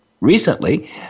Recently